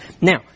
Now